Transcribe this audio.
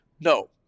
No